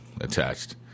attached